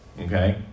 Okay